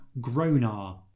Gronar